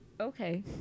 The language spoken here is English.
Okay